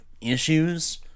issues